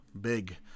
big